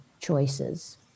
choices